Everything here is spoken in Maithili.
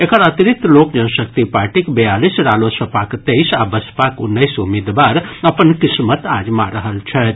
एकर अतिरिक्त लोक जनशक्ति पार्टीक बयालीस रालोसपाक तेईस आ बसपाक उन्नैस उम्मीदवार अपन किस्मत आजमा रहल छथि